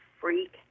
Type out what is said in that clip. freak